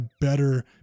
better